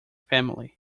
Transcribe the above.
family